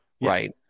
Right